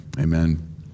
amen